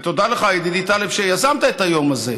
ותודה לך, ידידי טלב, שיזמת את היום הזה.